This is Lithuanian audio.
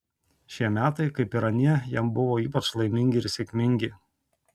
šie metai kaip ir anie jam buvo ypač laimingi ir sėkmingi